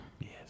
Yes